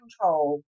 control